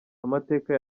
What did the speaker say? amateka